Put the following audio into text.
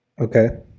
okay